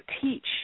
teach